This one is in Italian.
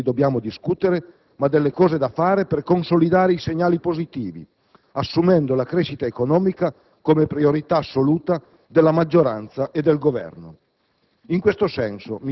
Non dei meriti, quindi, dobbiamo discutere, ma delle cose da fare per consolidare i segnali positivi, assumendo la crescita economica come priorità assoluta della maggioranza e del Governo.